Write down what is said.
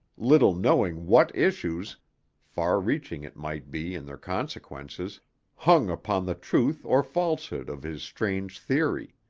little knowing what issues far-reaching, it might be, in their consequences hung upon the truth or falsehood of his strange theory.